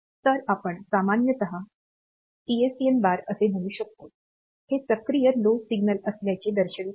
तर आपण सामान्यत आपण PSEN बार असे म्हणू शकतो हे सक्रिय लो सिग्नल असल्याचे दर्शवित आहे